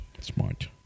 Smart